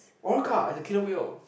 orca is a killer whale